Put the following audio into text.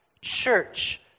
church